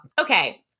Okay